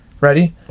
Ready